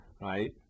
right